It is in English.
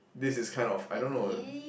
this is kind of I don't know